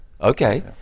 Okay